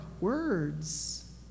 words